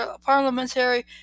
parliamentary